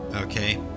okay